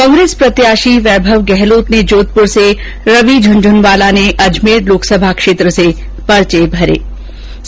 कांग्रेस प्रत्याषी वैभव गहलोत ने जोधपुर से रवि झुंझुनवाला ने अजमेर लोकसभा क्षेत्र से पर्चे दाखिल किये